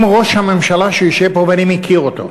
אם ראש הממשלה שיושב פה, ואני מכיר אותו,